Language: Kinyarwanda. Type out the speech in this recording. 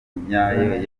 nyayo